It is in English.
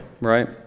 right